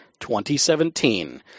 2017